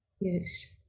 Yes